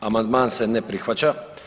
Amandman se ne prihvaća.